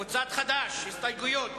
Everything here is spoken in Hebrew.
קבוצת חד"ש, הסתייגויות.